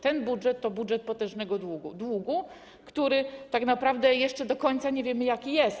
Ten budżet to budżet potężnego długu, o którym tak naprawdę jeszcze do końca nie wiemy, jaki jest.